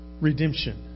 redemption